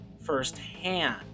firsthand